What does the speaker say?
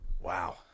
Wow